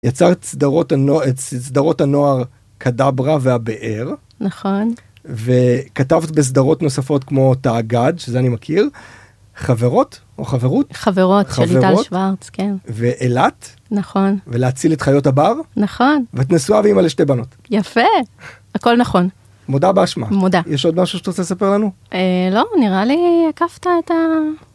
יצרת את סדרות הנוער כדברא והבאר. נכון. וכתבת בסדרות נוספות כמו תאג״ד, שזה אני מכיר, חברות או חברות. חברות, של ליטל שוורץ. ואילת. נכון. ולהציל את חיות הבר. נכון. ואת נשואה ואימא לשתי בנות. יפה, הכל נכון. מודה באשמה. מודה. יש עוד משהו שאת רוצה לספר לנו? אה… לא, נראה לי הקפת את ה…